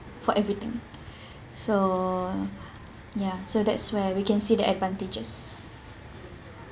for everything so ya so that's where we can see the advantages